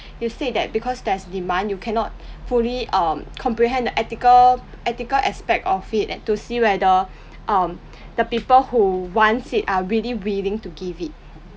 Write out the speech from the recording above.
you said that because there's demand you cannot fully um comprehend the ethical ethical aspect of it and to see whether um the people who wants it are really willing to give it